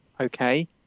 Okay